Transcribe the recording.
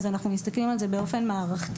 אז אנחנו מסתכלים על זה באופן מערכתי,